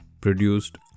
produced